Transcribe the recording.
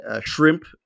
shrimp